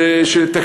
וגם